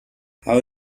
how